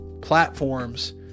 platforms